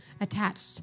attached